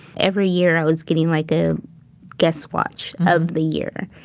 every year i was getting like a guess watch of the year,